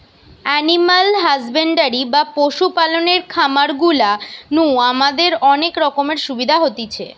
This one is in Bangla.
এনিম্যাল হাসব্যান্ডরি বা পশু পালনের খামার গুলা নু আমাদের অনেক রকমের সুবিধা হতিছে